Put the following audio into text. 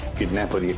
kidnapper